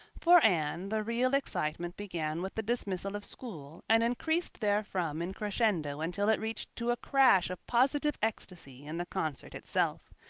for anne the real excitement began with the dismissal of school and increased therefrom in crescendo until it reached to a crash of positive ecstasy in the concert itself.